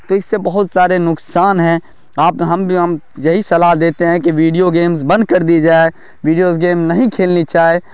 تو اس سے بہت سارے نقصان ہیں آپ ہم بھی ہم یہی صلاح دیتے ہیں کہ ویڈیو گیمس بند کر دی جائے ویڈیوز گیمس نہیں کھیلنی چائے